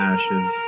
Ashes